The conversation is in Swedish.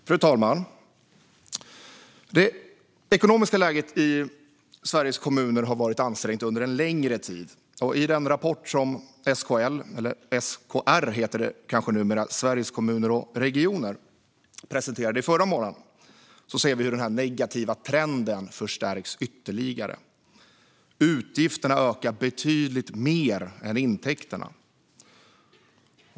Fru talman! Det ekonomiska läget i Sveriges kommuner har varit ansträngt under en längre tid. I den rapport som SKL - SKR heter det nu, Sveriges Kommuner och Regioner - presenterade förra månaden ser vi hur denna negativa trend förstärks ytterligare. Utgifterna ökar betydligt mer än intäkterna.